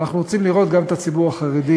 ואנחנו רוצים לראות גם את הציבור החרדי